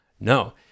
No